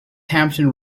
hampton